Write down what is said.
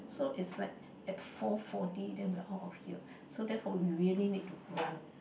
so is like at four forty then we are out of here so therefore we really need to run